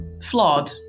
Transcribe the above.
flawed